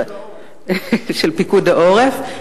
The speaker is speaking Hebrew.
של פיקוד העורף.